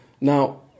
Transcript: Now